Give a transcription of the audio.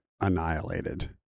annihilated